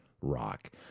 rock